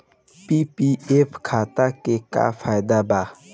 PPF खाता के का फायदा बा?